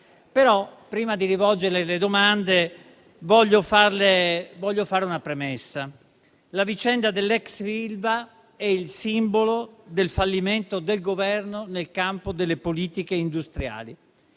luce. Prima di rivolgerle le domande, voglio fare una premessa. La vicenda dell'ex ILVA è il simbolo del fallimento del Governo nel campo delle politiche industriali.